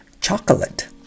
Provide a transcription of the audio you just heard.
Chocolate